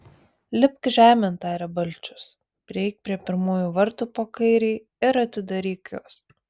lipk žemėn tarė balčius prieik prie pirmųjų vartų po kairei ir atidaryk juos